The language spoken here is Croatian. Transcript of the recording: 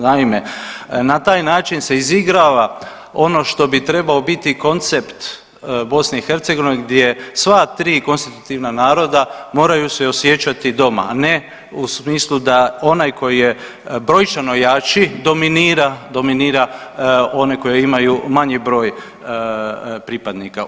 Naime, na taj način se izigrava ono što bi trebao biti koncept BiH gdje sva tri konstitutivna naroda moraju se osjećati doma, a ne u smislu da onaj koji je brojčano jači dominira, dominira onoj koje imaju manji broj pripadnika.